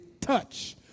touch